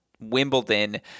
Wimbledon